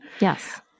Yes